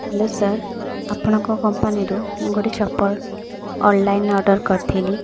hello sir ଆପଣଙ୍କ କମ୍ପାନୀରୁ ମୁଁ ଗୋଟିଏ ଚପଲ ଅନଲାଇନ ଅର୍ଡ଼ର କରିଥିଲି